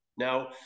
Now